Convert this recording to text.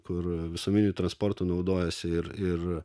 kur visuomeniniu transportu naudojasi ir ir